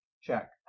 check